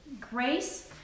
grace